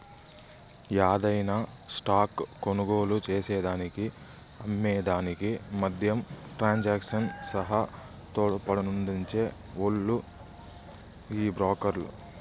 యాదైన స్టాక్ కొనుగోలు చేసేదానికి అమ్మే దానికి మద్యం ట్రాన్సాక్షన్ సహా తోడ్పాటునందించే ఓల్లు ఈ బ్రోకర్లు